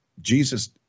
Jesus